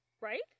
Right